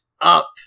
up